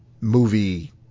movie